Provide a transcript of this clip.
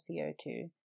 CO2